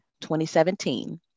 2017